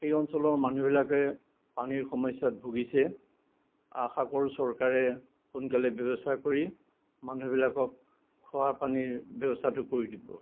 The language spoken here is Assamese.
সেই অঞ্চলৰ মানুহবিলাকে পানীৰ সমস্য়াত ভুগিছে আশা কৰোঁ চৰকাৰে সোনকালে ব্য়ৱস্থা কৰি মানুহবিলাকক খোৱা পানীৰ ব্য়ৱস্থাটো কৰি দিব